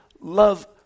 love